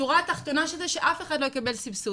השורה התחתונה של זה שאף אחד לא יקבל סבסוד.